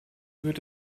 wird